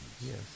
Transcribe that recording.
Yes